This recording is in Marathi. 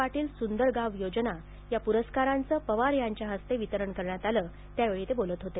पाटील सुंदर गाव योजना पुरस्कारांचं पवार यांच्या हस्ते वितरण करण्यात आलं यावेळी ते बोलत होते